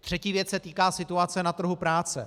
Třetí věc se týká situace na trhu práce.